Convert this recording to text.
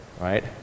right